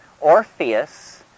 Orpheus